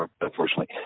Unfortunately